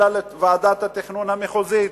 אלא לוועדת התכנון המחוזית.